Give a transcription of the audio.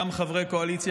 גם חברי קואליציה,